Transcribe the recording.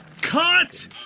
cut